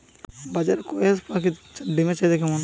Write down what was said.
বাজারে কয়ের পাখীর ডিমের চাহিদা কেমন?